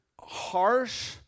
harsh